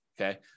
Okay